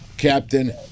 Captain